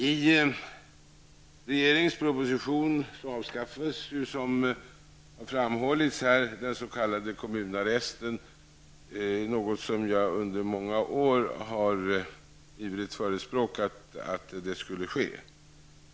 I regeringens proposition föreslås -- som också framhållits här -- att den s.k. kommunarresten skall avskaffas, något som jag under många år ivrigt har förespråkat.